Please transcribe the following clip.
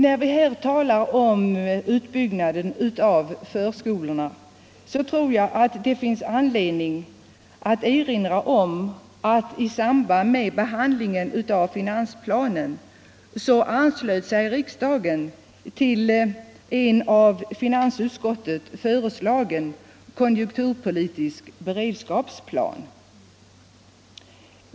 Då det här talas om utbyggnaden av förskolorna tror jag det finns anledning erinra om att i samband med behandlingen av finansplanen anslöt sig riksdagen till en av finansutskottet föreslagen konjunkturpolitisk beredskapsplan.